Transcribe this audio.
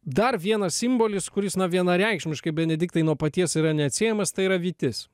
dar vienas simbolis kuris na vienareikšmiškai benediktai nuo paties yra neatsiejamas tai yra vytis